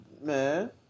man